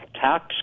tax